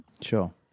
Sure